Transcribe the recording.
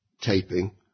taping